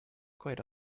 quite